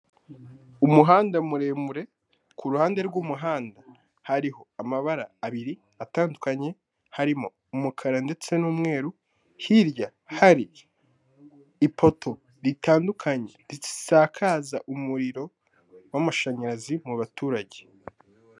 Umuhanda muremure ku ruhande rw'umuhanda hariho amabara abiri atandukanye, harimo umukara ndetse n'umweru, hirya hari ipoto ritandukanye risakaza umuriro w'mashanyarazi mu baturage.